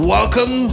Welcome